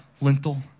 lintel